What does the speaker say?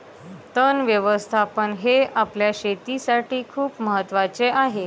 तण व्यवस्थापन हे आपल्या शेतीसाठी खूप महत्वाचे आहे